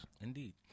Indeed